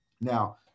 Now